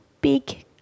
big